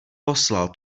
poslal